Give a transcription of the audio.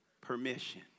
permission